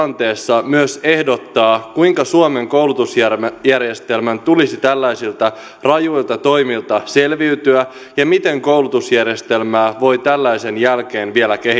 tässä tilanteessa myös ehdottaa kuinka suomen koulutusjärjestelmän tulisi tällaisilta rajuilta toimilta selviytyä ja miten koulutusjärjestelmää voi tällaisen jälkeen